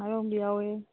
ꯃꯥꯏꯔꯣꯡꯕꯤ ꯌꯥꯎꯋꯦ